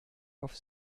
auf